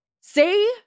say